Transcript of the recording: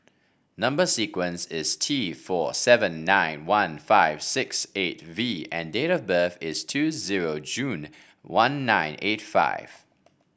number sequence is T four seven nine one five six eight V and date of birth is two zero June one nine eight five